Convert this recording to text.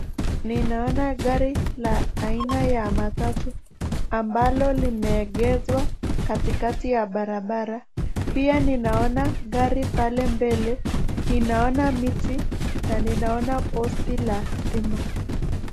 Ninaona gari la aina ya matatu ambalo limeegeshwa katikati ya barabara. Pia ninaona gari pale mbele, ninaona miti na ninaona posti la stima.